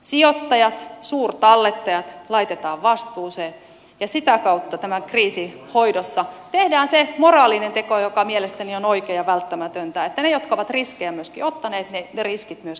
sijoittajat suurtallettajat laitetaan vastuuseen ja sitä kautta tämän kriisin hoidossa tehdään se moraalinen teko joka mielestäni on oikein ja välttämätöntä tehdä että ne jotka ovat riskejä myöskin ottaneet riskit myöskin maksavat